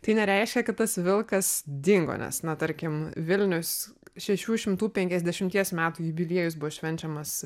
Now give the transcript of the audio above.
tai nereiškia kad tas vilkas dingo nes na tarkim vilnius šešių šimtų penkiasdešimties metų jubiliejus bus švenčiamas